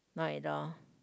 no at all